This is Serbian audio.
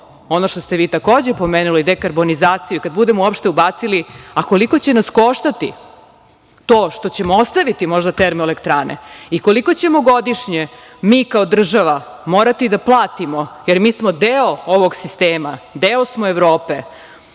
ono što ste vi takođe pomenuli, dekarbonizaciju, kada budemo uopšte ubacili, a koliko će nas koštati to što ćemo možda ostaviti termoelektrane, i koliko ćemo godišnje mi kao država, morati da platimo, jer mi smo deo ovog sistema, deo smo Evrope,